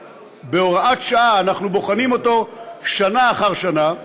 שבהוראת שעה אנחנו בוחנים אותו שנה אחר שנה,